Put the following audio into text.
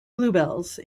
bluebells